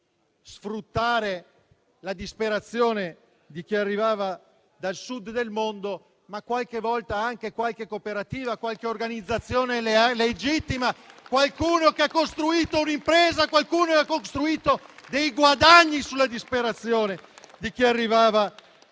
sfruttare la disperazione di chi arrivava dal Sud del mondo, ma qualche volta anche qualche cooperativa e qualche organizzazione legittima, qualcuno che ha costruito un'impresa e ha costruito guadagni sulla disperazione di chi arrivava dal Sud